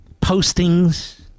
postings